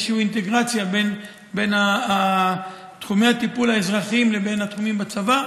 על איזושהי אינטגרציה בין תחומי הטיפול האזרחיים לבין התחומים בצבא.